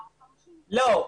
לא,